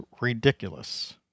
ridiculous